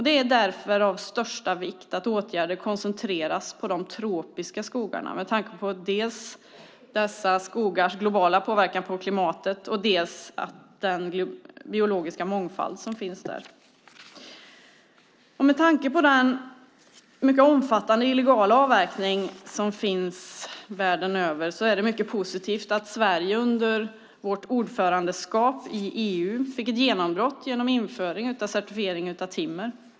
Det är av största vikt att åtgärder koncentreras till de tropiska skogarna på grund av dessa skogars globala påverkan på klimatet och på den biologiska mångfald som finns där. Med tanke på den omfattande illegala avverkning som finns världen över är det positivt att Sverige under ordförandeskapet i EU fick ett genombrott i och med införandet av certifiering av timmer.